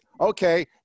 Okay